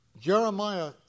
Jeremiah